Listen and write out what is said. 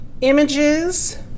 images